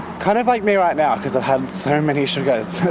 kind of like me right now because i've had so many sugars.